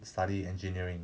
study engineering